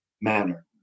manner